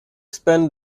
spent